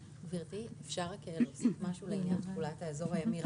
גברתי, אני מבקשת להעיר לעניין תחולת האזור הימי.